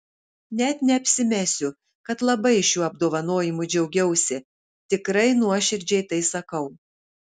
net neapsimesiu kad labai šiuo apdovanojimu džiaugiausi tikrai nuoširdžiai tai sakau